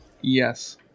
yes